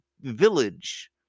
village